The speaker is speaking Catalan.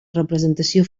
representació